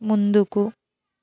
ముందుకు